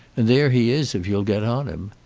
and there he is, if you'll get on him.